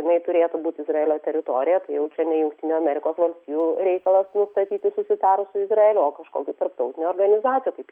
jinai turėtų būt izraelio teritorija tai jau čia ne jungtinių amerikos valstijų reikalas nustatyti susitarus su izraeliu o kažkokių tarptautinių organizacijų kaip